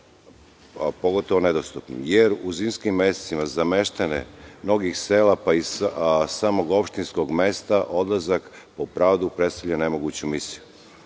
pogotovo nedostupnim, jer u zimskim mesecima za meštane mnogih sela, pa i samog opštinskog mesta, odlazak po pravdu predstavlja nemoguću